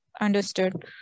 Understood